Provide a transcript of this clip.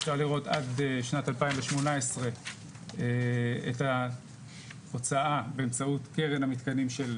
אפשר לראות עד 2018 את ההוצאה באמצעות קרן המתקנים של